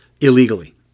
illegally